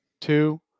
two